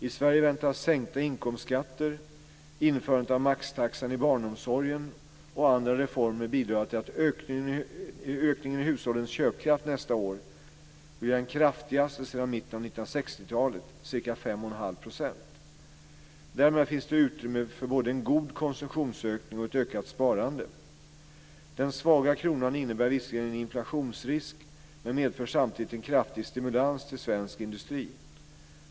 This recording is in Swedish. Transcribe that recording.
I Sverige väntas sänkta inkomstskatter, införandet av maxtaxan i barnomsorgen och andra reformer bidra till att ökningen i hushållens köpkraft nästa år blir den kraftigaste sedan mitten av 1960-talet, ca 5,5 %. Därmed finns det utrymme för både en god konsumtionsökning och ett ökat sparande. Den svaga kronan innebär visserligen en inflationsrisk men medför samtidigt en kraftig stimulans till svensk industri.